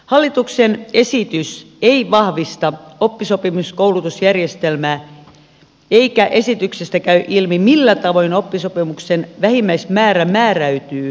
hallituksen esitys ei vahvista oppisopimuskoulutusjärjestelmää eikä esityksestä käy ilmi millä tavoin oppisopimuksen vähimmäismäärä määräytyy jatkossa